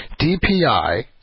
DPI